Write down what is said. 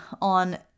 on